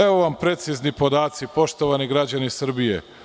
Evo vam precizni podaci poštovani građani Srbije.